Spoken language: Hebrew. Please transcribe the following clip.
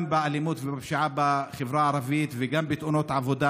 גם באלימות ובפשיעה בחברה הערבית וגם בתאונות עבודה.